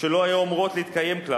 שלא היו אמורות להתקיים כלל,